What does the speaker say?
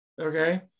Okay